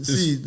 See